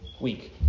week